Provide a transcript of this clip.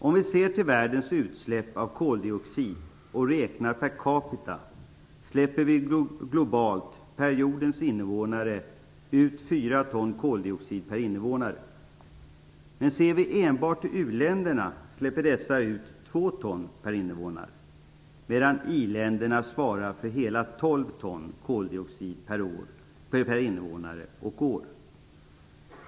Om vi ser till världens utsläpp av koldioxid och räknar per capita släpper periodens invånare globalt ut fyra ton koldioxid per invånare. Men ser vi enbart till u-länderna släpper dessa ut två ton per invånare, medan i-länderna svarar för hela tolv ton koldioxid per invånare och år.